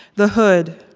the hood,